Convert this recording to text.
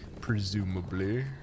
Presumably